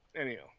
anyhow